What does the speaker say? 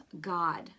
God